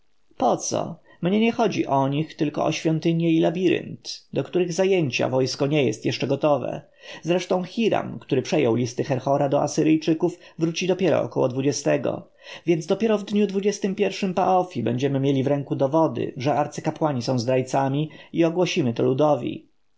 poco mnie nie chodzi o nich tylko o świątynie i labirynt do których zajęcia wojsko nie jest jeszcze gotowe zresztą hiram który przejął listy herbora do asyryjczyków wróci dopiero około dwu więc dopiero w dniu dwudziestym pierwszym po ofia będziemy mieli w ręku dowody że arcykapłani są zdrajcami i ogłosimy to ludowi